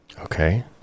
Okay